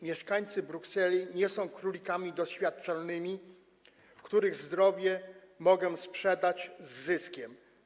Mieszkańcy Brukseli nie są królikami doświadczalnymi, których zdrowie mogę sprzedać z zyskiem.